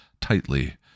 tightly